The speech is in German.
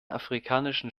afrikanischen